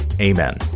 Amen